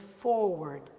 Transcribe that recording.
forward